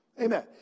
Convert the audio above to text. Amen